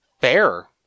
Fair